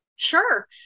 Sure